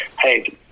hey